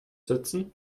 setzen